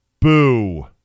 boo